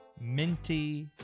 Minty